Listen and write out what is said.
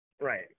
right